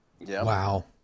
Wow